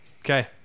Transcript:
Okay